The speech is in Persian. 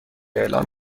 اعلام